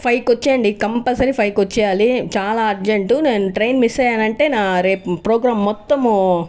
ఫైవ్కి వచ్చేయండి కంపల్సరీ ఫైవ్కి వచ్చేయాలి చాలా అర్జెంటు నేను ట్రైన్ మిస్ అయ్యానంటే నా రేపు ప్రోగ్రామ్ మొత్తము